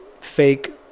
fake